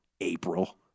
April